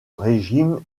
régime